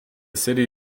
city